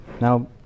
Now